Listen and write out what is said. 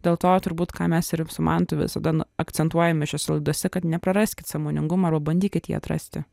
dėlto turbūt ką mes ir su mantu visada akcentuojame šiose laidose kad nepraraskit sąmoningumo arba bandykit jį atrasti